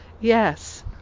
yes